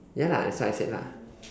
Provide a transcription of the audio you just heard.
ya lah that's what I said lah